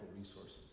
resources